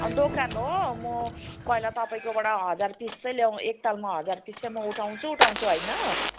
अब दोकान हो म पहिला तपाईँकोबाट हजार पिसै ल्याऊँ एकतालमा हजार पिस चाहिँ म उठाउँछु उठाउँछु हैन